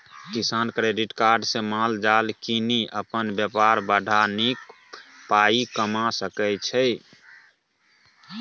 किसान credit card सँ माल जाल कीनि अपन बेपार बढ़ा नीक पाइ कमा सकै छै